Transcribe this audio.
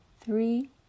three